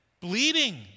bleeding